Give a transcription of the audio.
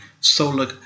solar